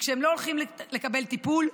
וכשהם לא הולכים לקבל טיפול,